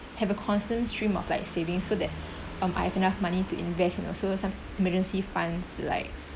have a constant stream of like savings so that um I have enough money to invest and also some emergency funds like